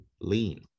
lean